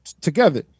together